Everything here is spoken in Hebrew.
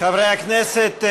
חברי הכנסת,